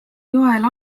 joel